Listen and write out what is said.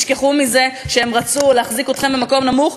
תשכחו מזה, הם רצו להחזיק אתכם במקום נמוך.